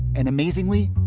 and amazingly,